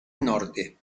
norte